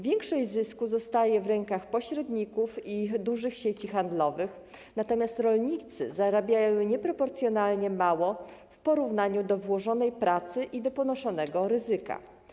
Większość zysku zostaje w rękach pośredników i dużych sieci handlowych, natomiast rolnicy zarabiają nieproporcjonalnie mało w porównaniu z włożoną pracą i z ponoszonym ryzykiem.